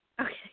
Okay